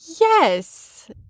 Yes